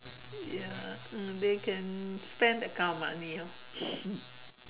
ya mm they can spend that kind of money orh